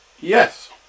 Yes